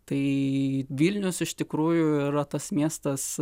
tai vilnius iš tikrųjų yra tas miestas